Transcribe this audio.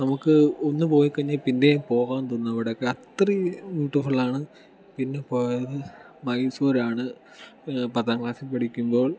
നമുക്ക് ഒന്ന് പോയി കഴിഞ്ഞാൽ പിന്നെയും പോകാൻ തോന്നും അവിടെയൊക്കെ അത്രയും ബ്യൂട്ടിഫുള്ളാണ് പിന്നെ പോയത് മൈസൂരാണ് പത്താം ക്ലാസ്സിൽ പഠിക്കുമ്പോൾ